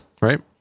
Right